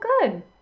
good